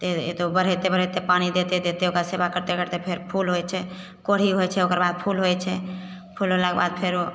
फेर एतगो बढ़ेतै बढ़ेतै पानि दैते दैते ओकरा सबा करते करते फेर फूल होइत छै कोढ़ी होइत छै ओकरबाद फुल होइत छै फूल होलाक बाद फेरो